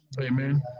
amen